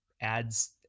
adds